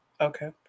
Okay